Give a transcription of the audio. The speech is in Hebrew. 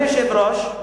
היושב-ראש.